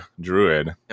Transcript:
druid